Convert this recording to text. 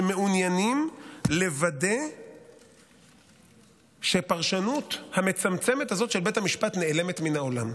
שמעוניינים לוודא שהפרשנות המצמצמת הזו של בית המשפט נעלמת מן העולם,